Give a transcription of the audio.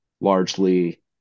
largely